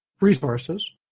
resources